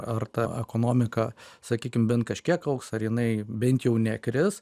ar ta ekonomika sakykim bent kažkiek augs ar jinai bent jau nekris